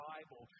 Bible